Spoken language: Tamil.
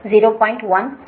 1 ஓம்